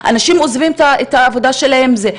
אנשים עוזבים את העבודה שלהם בשביל זה.